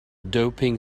doping